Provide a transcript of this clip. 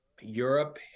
Europe